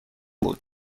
بود